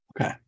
okay